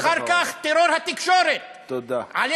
אחר כך טרור התקשורת, תודה.